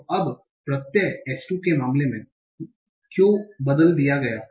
तो अब प्रत्यय S2 के मामले में I में क्यों बदल दिया गया है